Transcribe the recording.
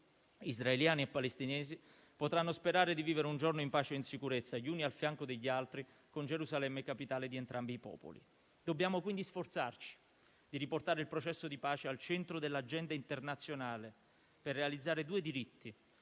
israeliani e palestinesi potranno sperare di vivere un giorno in pace e in sicurezza, gli uni al fianco degli altri, con Gerusalemme capitale di entrambi i popoli. Dobbiamo quindi sforzarci di riportare il processo di pace al centro dell'agenda internazionale per realizzare due diritti: